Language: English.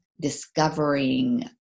discovering